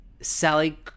Sally